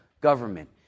government